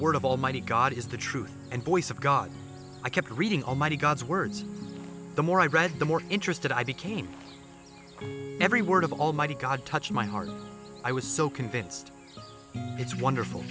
word of almighty god is the truth and voice of god i kept reading almighty god's words the more i read the more interested i became every word of almighty god touch my heart i was so convinced it's wonderful